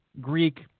Greek